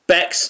Bex